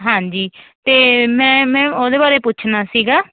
ਹਾਂਜੀ ਅਤੇ ਮੈਂ ਮੈਮ ਉਹਦੇ ਬਾਰੇ ਪੁੱਛਣਾ ਸੀਗਾ